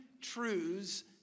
truths